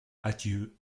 adieu